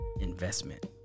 investment